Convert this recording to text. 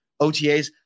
OTAs